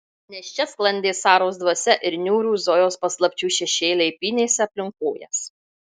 nes čia sklandė saros dvasia ir niūrūs zojos paslapčių šešėliai pynėsi aplink kojas